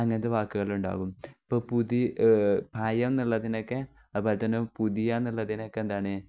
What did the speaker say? അങ്ങനത്തെ വാക്കുകൾ ഉണ്ടാവും ഇപ്പം പുതിയ പയം എന്നുള്ളതിനൊക്കെ അതുപോലെ തന്നെ പുതിയ എന്നുള്ളതിനൊക്കെ എന്താണ്